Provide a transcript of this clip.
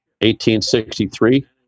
1863